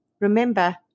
Remember